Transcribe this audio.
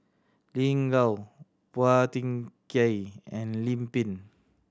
Lin Gao Phua Thin Kiay and Lim Pin